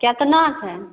केतना छनि